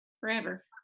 forever